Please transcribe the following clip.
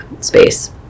space